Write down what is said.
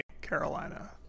Carolina